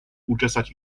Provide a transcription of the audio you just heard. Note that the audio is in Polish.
uczesać